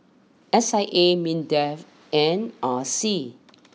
S I A Mindef and R C